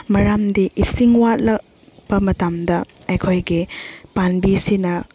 ꯃꯔꯝꯗꯤ ꯏꯁꯤꯡ ꯋꯥꯠꯂꯛꯄ ꯃꯇꯝꯗ ꯑꯩꯈꯣꯏꯒꯤ ꯄꯥꯟꯕꯤꯁꯤꯅ